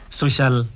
social